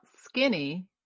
skinny